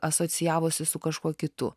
asocijavosi su kažkuo kitu